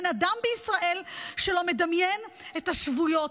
אין אדם בישראל שלא מדמיין את השבויות,